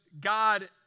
God